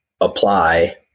apply